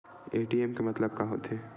ATM के मतलब का होथे?